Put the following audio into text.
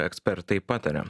ekspertai pataria